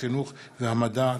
החינוך והמדע.